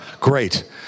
Great